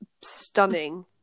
stunning